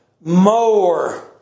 more